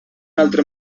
altre